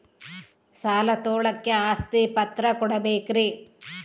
ಸಾಲ ತೋಳಕ್ಕೆ ಆಸ್ತಿ ಪತ್ರ ಕೊಡಬೇಕರಿ?